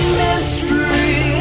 mystery